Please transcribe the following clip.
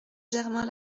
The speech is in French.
germain